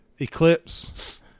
Eclipse